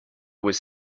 was